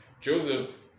Joseph